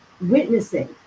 witnessing